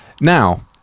Now